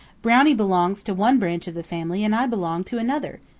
brownie belongs to one branch of the family and i belong to another,